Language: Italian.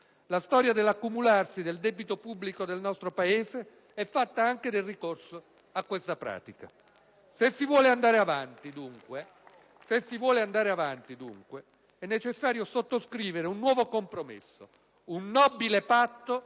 La storia dell'accumularsi del debito pubblico nel nostro Paese è fatta anche del ricorso a questa pratica. *(Applausi dal Gruppo* *PdL).* Se si vuole andare avanti, dunque, è necessario sottoscrivere un nuovo compromesso, un nobile patto